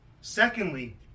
Secondly